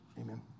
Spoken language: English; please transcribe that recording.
Amen